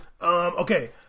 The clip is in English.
Okay